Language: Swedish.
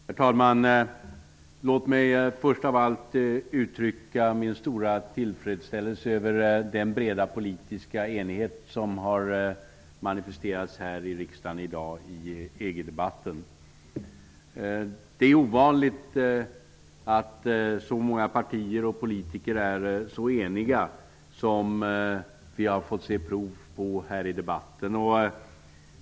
Herr talman! Låt mig först av allt uttrycka min stora tillfredsställelse över den breda politiska enighet som har manifesterats i riksdagen i dag i EG debatten. Det är ovanligt att så många partier och politiker är så eniga som vi har fått se prov på i debatten.